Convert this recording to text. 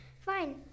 Fine